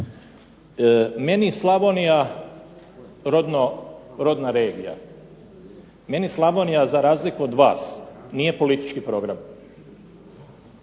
Meni je Slavonija rodna regija, meni Slavonija za razliku nije politički program.